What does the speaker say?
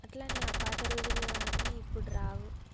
అట్లా ఆ పాత రోజులన్నీ ఇప్పుడు రావు